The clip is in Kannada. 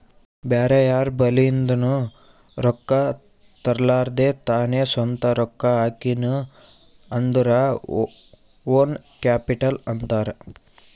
ಬ್ಯಾರೆ ಯಾರ್ ಬಲಿಂದ್ನು ರೊಕ್ಕಾ ತರ್ಲಾರ್ದೆ ತಾನೇ ಸ್ವಂತ ರೊಕ್ಕಾ ಹಾಕಿನು ಅಂದುರ್ ಓನ್ ಕ್ಯಾಪಿಟಲ್ ಅಂತಾರ್